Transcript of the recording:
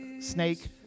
snake